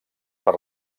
per